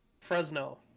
Fresno